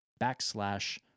backslash